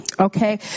okay